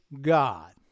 God